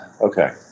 Okay